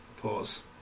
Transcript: Pause